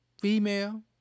female